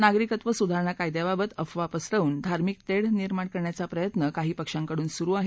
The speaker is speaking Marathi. नागरिकत्व सुधारणा कायद्याबाबत अफवा पसरवून धार्मिक तेढ निर्माण करण्याचं प्रयत्न काही पक्षांकडून सुरु आहे